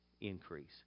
increase